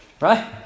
Right